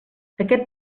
aquest